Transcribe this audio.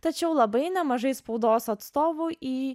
tačiau labai nemažai spaudos atstovų į